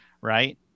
right